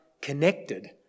connected